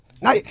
Now